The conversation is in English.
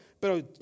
pero